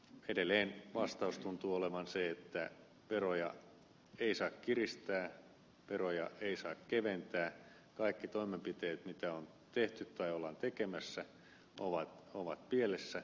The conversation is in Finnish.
edelleen vastaus tuntuu olevan se että veroja ei saa kiristää veroja ei saa keventää kaikki toimenpiteet mitä on tehty tai ollaan tekemässä ovat pielessä